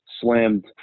slammed